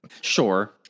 Sure